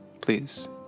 please